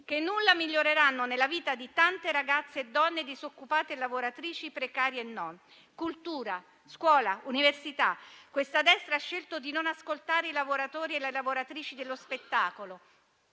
che nulla miglioreranno nella vita di tante ragazze e donne disoccupate e lavoratrici, precarie e non. Cultura, scuola, università. Questa destra ha scelto di non ascoltare i lavoratori e le lavoratrici dello spettacolo,